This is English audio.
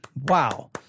wow